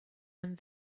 and